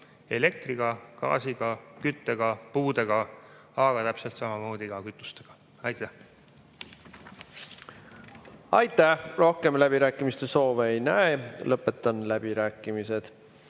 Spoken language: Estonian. elektriga, gaasiga, küttega, puudega, aga täpselt samamoodi kütustega. Aitäh! Aitäh! Rohkem läbirääkimiste soove ei näe. Lõpetan läbirääkimised.